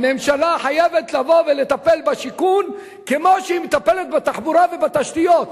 הממשלה חייבת לבוא ולטפל בשיכון כמו שהיא מטפלת בתחבורה ובתשתיות.